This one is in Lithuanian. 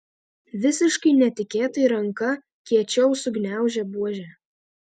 visiškai netikėtai ranka kiečiau sugniaužė buožę